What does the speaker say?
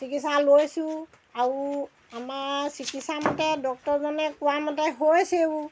চিকিৎসা লৈছোঁ আৰু আমাৰ চিকিৎসামতে ডক্তৰজনে কোৱা মতে হৈছেও